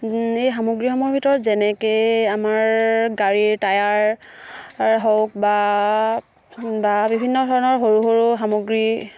এই সামগ্ৰীসমূহৰ ভিতৰত যেনেকে আমাৰ গাড়ীৰ টায়াৰ হওক বা বা বিভিন্ন ধৰণৰ সৰু সৰু সামগ্ৰী